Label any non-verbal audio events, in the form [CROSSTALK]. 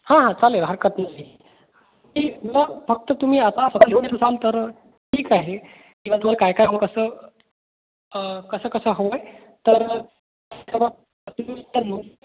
हां हां चालेल हरकत नाही नाही मग फक्त तुम्ही आता फक्त [UNINTELLIGIBLE] येऊन नेत असाल तर ठीक आहे किंवा तुम्हाला काय काय हो कसं कसं कसं हवं आहे तर [UNINTELLIGIBLE]